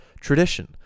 tradition